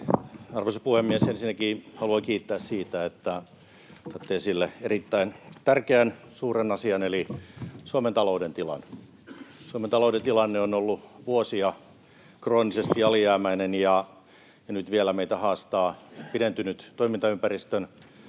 Arvoisa puhemies! Ensinnäkin haluan kiittää siitä, että otatte esille erittäin tärkeän, suuren asian, eli Suomen talouden tilan. Suomen talouden tilanne on ollut vuosia kroonisesti alijäämäinen, ja nyt vielä meitä haastaa pidentynyt toimintaympäristön